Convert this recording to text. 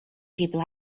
people